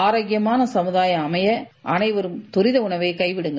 ஆரோக்கியமான சமுதாயம் அமைய அனைவரும் தரித உணவை கைவிங்கள்